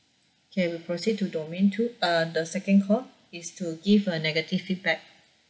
okay we proceed to domain two uh the second call is to give a negative feedback